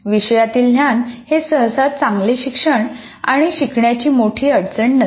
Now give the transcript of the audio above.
विषयातील ज्ञान हे सहसा चांगले शिक्षण आणि शिकण्याची मोठी अडचण नसते